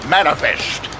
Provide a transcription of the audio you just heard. Manifest